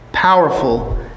Powerful